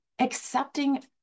Accepting